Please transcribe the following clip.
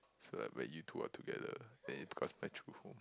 so are but you two are together then it becomes my true home